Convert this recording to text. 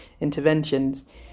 interventions